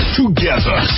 together